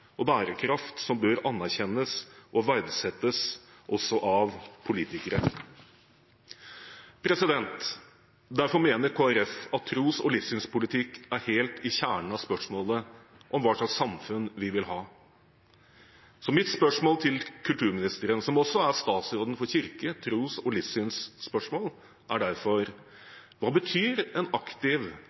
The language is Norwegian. og bærekraft som bør anerkjennes og verdsettes også av politikere. Derfor mener Kristelig Folkeparti at tros- og livssynspolitikk er helt i kjernen av spørsmålet om hva slags samfunn vi vil ha. Så mitt spørsmål til kulturministeren, som også er statsråden for kirke-, tros- og livssynsspørsmål, er derfor: Hva betyr en aktiv,